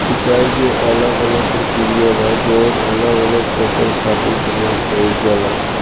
सिंचाई के अलग अलग प्रक्रिया बा जवन अलग अलग फसल खातिर प्रयोग कईल जाला